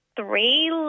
three